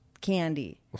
candy